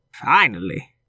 Finally